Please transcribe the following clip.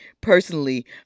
personally